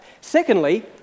Secondly